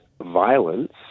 violence